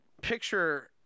picture –